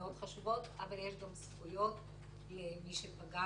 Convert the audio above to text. מאוד חשובות, אבל יש גם זכויות של מי שפגע.